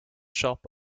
shop